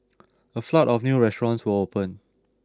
a flood of new restaurants will open